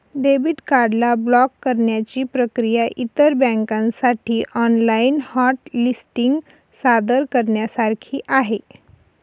debit card ला block करण्याची प्रक्रिया इतर बँकांसाठी ऑनलाइन हॉट लिस्टिंग सादर करण्यासारखी आहे